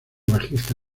bajista